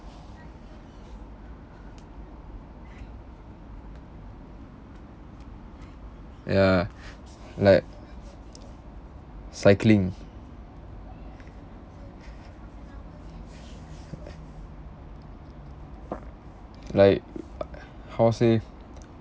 ya like cycling like how to say